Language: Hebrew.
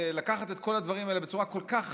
לקחת את כל הדברים האלה בצורה כל כך חד-צדדית,